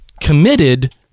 committed